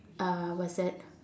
uh what's that